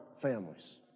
families